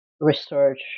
research